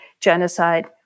genocide